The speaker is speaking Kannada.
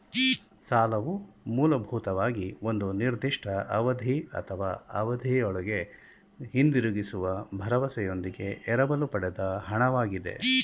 ಸಾಲವು ಮೂಲಭೂತವಾಗಿ ಒಂದು ನಿರ್ದಿಷ್ಟ ಅವಧಿ ಅಥವಾ ಅವಧಿಒಳ್ಗೆ ಹಿಂದಿರುಗಿಸುವ ಭರವಸೆಯೊಂದಿಗೆ ಎರವಲು ಪಡೆದ ಹಣ ವಾಗಿದೆ